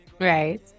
Right